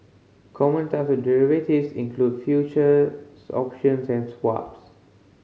common type derivatives includes futures option and swaps